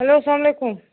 hello السلام علیکُم